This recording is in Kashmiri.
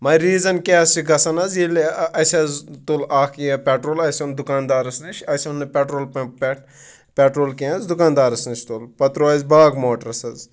مگر ریٖزَن کیاہ چھِ گژھان حظ ییٚلہِ اَ اَسہِ حظ تُل اَکھ یہِ پٮ۪ٹرول اَسہِ اوٚن دُکاندارَس نِش اَسہِ اوٚن نہٕ پٮ۪ٹرول پَمپ پٮ۪ٹھ پٮ۪ٹرول کینٛہہ حظ دُکاندارَس نِش تُل پَتہٕ ترٛوو اَسہِ باغ موٹرَس حظ